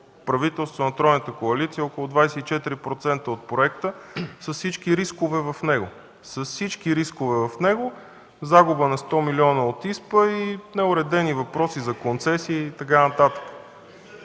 бяхте направили 24% от проекта с всички рискове в него. С всички рискове в него – загуба на 100 милиона от ИСПА и неуредени въпроси за концесии и така